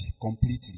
completely